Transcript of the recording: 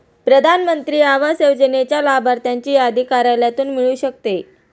प्रधान मंत्री आवास योजनेच्या लाभार्थ्यांची यादी कार्यालयातून मिळू शकते